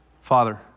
Father